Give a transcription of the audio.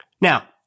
Now